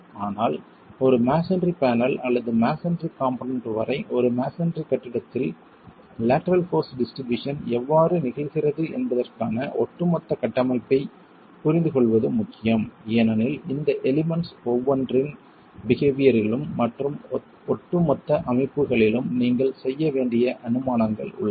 ஆனால் ஒரு masonry panel அல்லது மஸோன்றி காம்போனென்ட் வரை ஒரு மஸோன்றி கட்டிடத்தில் லேட்டரல் போர்ஸ் டிஸ்ட்ரிபியூஷன் எவ்வாறு நிகழ்கிறது என்பதற்கான ஒட்டுமொத்த கட்டமைப்பைப் புரிந்துகொள்வது முக்கியம் ஏனெனில் இந்த எலிமெண்ட்ஸ் ஒவ்வொன்றின் பிஹேவியரியிலும் மற்றும் ஒட்டுமொத்த அமைப்புகளிலும் நீங்கள் செய்ய வேண்டிய அனுமானங்கள் உள்ளன